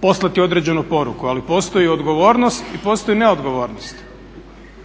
poslati određenu poruku, ali postoji odgovornost i postoji neodgovornost.